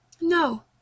No